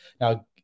Now